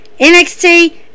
NXT